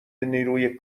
نیروی